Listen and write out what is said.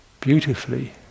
beautifully